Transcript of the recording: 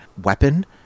weapon